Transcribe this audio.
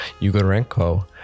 Yugorenko